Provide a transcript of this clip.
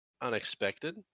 unexpected